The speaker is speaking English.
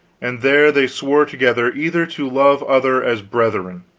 and there they swore together either to love other as brethren